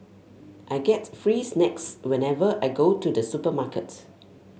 I get free snacks whenever I go to the supermarket